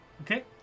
Okay